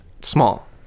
small